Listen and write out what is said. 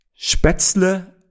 Spätzle